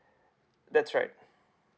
that's right